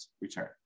return